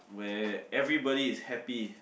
where everybody is happy